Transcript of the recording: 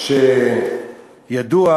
תן לה